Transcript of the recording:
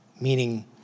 meaning